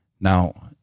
now